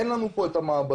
אין לנו פה את המעבדות,